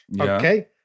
okay